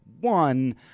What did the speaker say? One